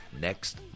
next